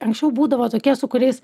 anksčiau būdavo tokie su kuriais